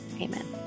amen